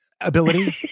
ability